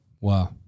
Wow